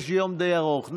יש יום די ארוך,